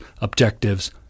objectives